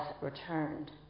returned